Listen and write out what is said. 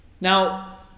now